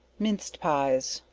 minced pies,